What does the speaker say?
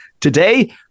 Today